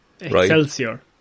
Excelsior